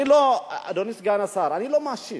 אדוני סגן השר, אני לא מאשים.